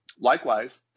Likewise